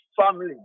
family